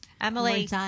Emily